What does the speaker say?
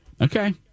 Okay